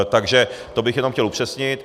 Takže to bych jenom chtěl upřesnit.